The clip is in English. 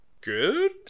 good